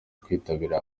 kwitabira